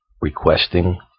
requesting